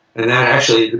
and actually,